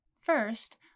First